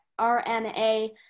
RNA